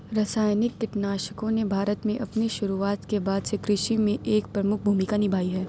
रासायनिक कीटनाशकों ने भारत में अपनी शुरुआत के बाद से कृषि में एक प्रमुख भूमिका निभाई है